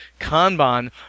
Kanban